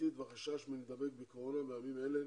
החברתית והחשש מלהידבק בקורונה בימים אלה,